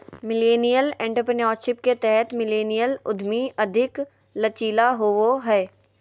millennial entrepreneurship के तहत millennial उधमी अधिक लचीला होबो हय